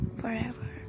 forever